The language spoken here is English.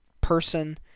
person